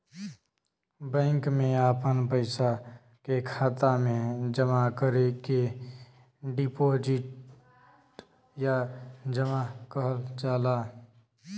bank मे आपन पइसा के खाता मे जमा करे के डीपोसिट या जमा कहल जाला